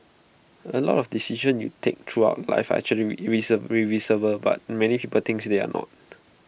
A lot of decisions you take throughout life are actually reversible but many people thinks they're not